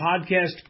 podcast